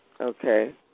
Okay